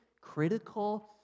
critical